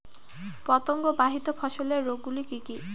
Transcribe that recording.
পতঙ্গবাহিত ফসলের রোগ গুলি কি কি?